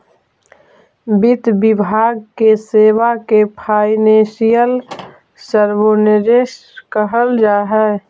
वित्त विभाग के सेवा के फाइनेंशियल सर्विसेज कहल जा हई